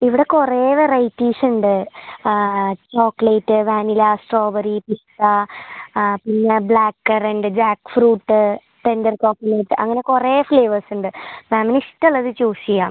ഇവിടെ കുറേ വെറൈറ്റീസ് ഉണ്ട് ചോക്ലേറ്റ് വാനില സ്ട്രോബെറി പിസ്ത പിന്നെ black currant jackfruit tender coconut അങ്ങനെ കുറേ ഫ്ലേവേർസ് ഉണ്ട് മാമിന് ഇഷ്ടമുള്ളത് ചൂസ് ചെയ്യാം